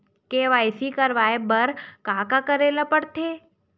KYC करवाय बर का का करे ल पड़थे?